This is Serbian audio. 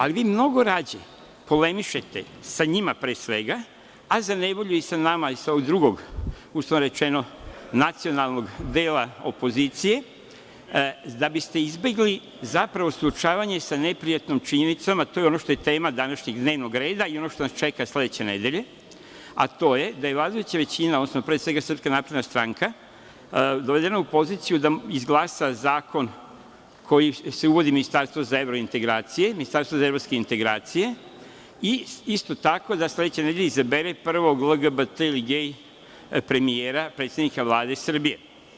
Ali vi mnogo rađe polemišete sa njima pre svega, a za nevolju i sa nama, sa ovog drugog, uslovno rečeno, nacionalnog dela opozicije da bi ste izbegli zapravo suočavanje sa neprijatno činjenicom, a to je ono što je tema današnjeg dnevnog reda i ono što nas čeka sledeće nedelje, a to je da je vladajuća većina, pre svega SNS dovedena u poziciju da izglasa zakon kojim se uvodi ministarstvo za evrointegracije, i isto tako da sledeće nedelje izabere prvog LGBT ili gej premijera, predsednika Vlade Srbije.